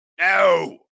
No